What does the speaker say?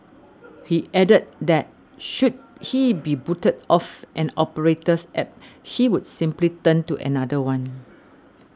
he added that should he be booted off an operator's App he would simply turn to another one